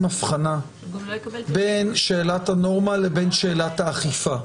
אבחנה בין שאלת הנורמה לבין שאלת האכיפה.